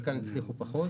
בחלקן הצליחו פחות,